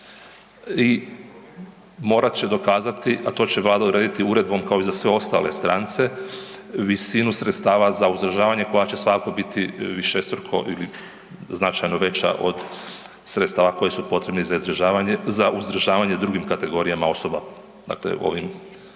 i morat će dokazati, a to će Vlada urediti uredbom kao i za sve ostale strance visinu sredstava za uzdržavanje koja će svakako biti višestruko, značajno veća od sredstava koja su potrebni koja su potrebna za izdržavanje, za uzdržavanje s drugim kategorijama osoba, dakle ovim koji